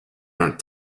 aren’t